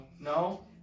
No